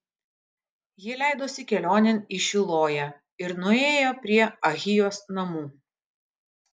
ji leidosi kelionėn į šiloją ir nuėjo prie ahijos namų